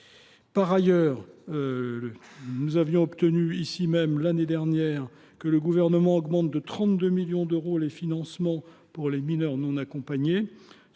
Par ailleurs, nous avions obtenu ici même, l’année dernière, que le Gouvernement augmente de 32 millions d’euros les financements de la prise en charge des mineurs non accompagnés.